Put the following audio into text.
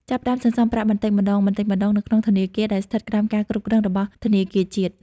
ចាប់ផ្តើមសន្សំប្រាក់បន្តិចម្តងៗនៅក្នុងធនាគារដែលស្ថិតក្រោមការគ្រប់គ្រងរបស់ធនាគារជាតិ។